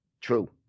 True